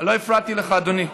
לא הפרעתי לך, אדוני.